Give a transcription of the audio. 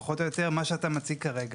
שזה פחות או יותר מה שאתה מציג כרגע.